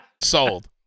Sold